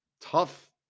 Tough